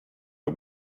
the